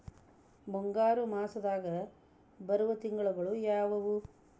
ಮುಂಗಾರು ಮಾಸದಾಗ ಬರುವ ತಿಂಗಳುಗಳ ಯಾವವು?